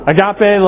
Agape